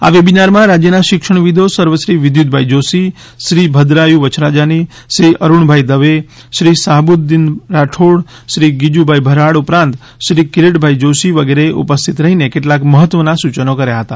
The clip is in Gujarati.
આ વેબીનારમા રાજ્યના શિક્ષણવિદો સર્વશ્રી વિદ્યુતભાઈ જોશી શ્રી ભદ્રાયુ વછરાજાની શ્રી અરુણભાઈ દવે શ્રી શાહબુદ્દીન રાઠોડ શ્રી ગિજુભાઈ ભરાડ ઉપરાંત શ્રી કિરીટભાઈ જોશી વગેરે એ ઉપસ્થિત રહીને કેટલાક મહત્વના સૂચનો કર્યા હતા